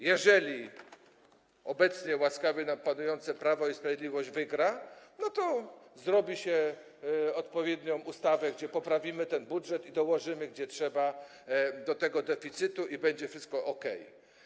Jeżeli obecnie łaskawie nam panujące Prawo i Sprawiedliwość wygra, to zrobi się odpowiednią ustawę, gdzie poprawimy ten budżet i dołożymy gdzie trzeba do tego deficytu i będzie wszystko okej.